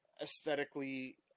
aesthetically